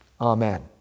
Amen